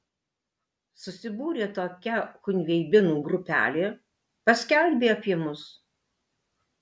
susibūrė tokia chungveibinų grupelė paskelbė apie mus